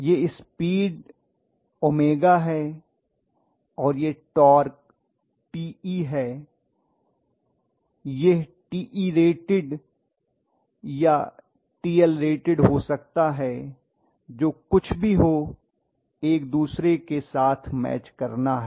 यह स्पीड 𝜔 है और यह टॉर्क है यह Terated या TLrated हो सकता है जो कुछ भी हो एक दूसरे के साथ मैच करना है